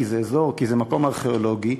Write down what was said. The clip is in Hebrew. כי זה מקום ארכיאולוגי.